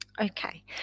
Okay